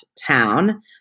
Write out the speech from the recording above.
town